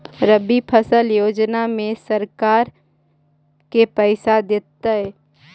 रबि फसल योजना में सरकार के पैसा देतै?